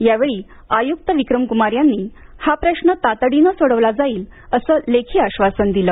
यावेळी आयुक्त विक्रम कुमार यांनी हा प्रश्न तातडीनं सोडविला जाईल असं लेखी आश्वासन दिलं